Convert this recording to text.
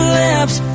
lips